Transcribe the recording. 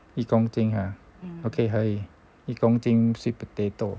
一公斤 !huh! okay 可以一公斤 sweet potato